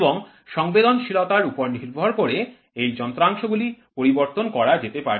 এবং সংবেদনশীলতার উপর নির্ভর করে এই যন্ত্রাংশগুলি পরিবর্তন করা যেতে পারে